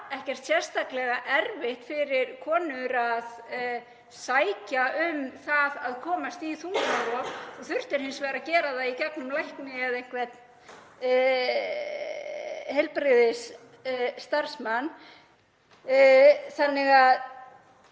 ekkert sérstaklega erfitt fyrir konur að sækja um að komast í þungunarrof. Þú þurftir hins vegar að gera það í gegnum lækni eða einhvern heilbrigðisstarfsmann. Þannig að